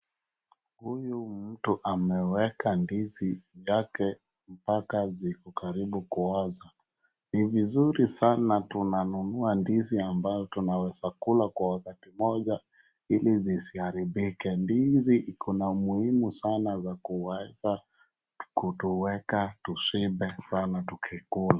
Huyu mtu ameweka ndizi yake mbaka ziko karibu kuoza. Ni vizuri sana tunanunua ndizi ambayo tunaweza kula kwa wakati mmoja ili zisiharibike. Ndizi iko na muhimu sana za kuwacha kutuweka tushibe sana tukikula.